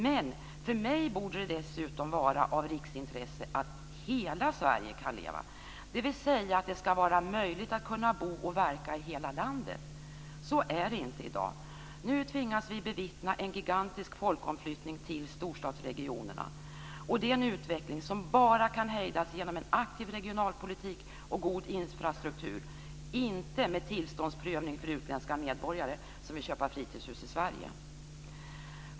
Men för mig borde det dessutom vara av riksintresse att hela Sverige kan leva, dvs. att det ska vara möjligt att bo och verka i hela landet. Så är det inte i dag. Nu tvingas vi bevittna en gigantisk folkomflyttning till storstadsregionerna. Och det är en utveckling som bara kan hindras genom en aktiv regionalpolitik och god infrastruktur - inte genom tillståndsprövning för utländska medborgare som vill köpa fritidshus i Sverige.